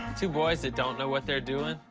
two boys that don't know what they're doing?